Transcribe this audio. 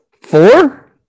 Four